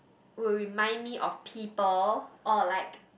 will remind me of people or like